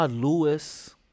Lewis